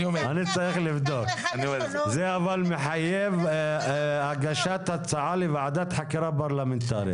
זה מחייב הגשת הצעה לוועדת חקירה פרלמנטרית.